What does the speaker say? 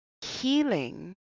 healing